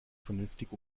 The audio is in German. vernünftig